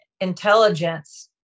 intelligence